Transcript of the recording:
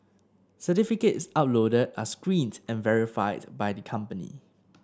certificates uploaded are screened and verified by the company